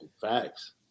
Facts